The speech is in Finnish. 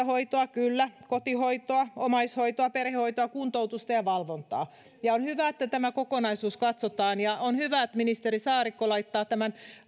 hoitoa kyllä kotihoitoa omaishoitoa perhehoitoa kuntoutusta ja valvontaa on hyvä että tämä kokonaisuus katsotaan ja on hyvä että ministeri saarikko laittaa tämän